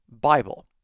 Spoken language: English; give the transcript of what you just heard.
Bible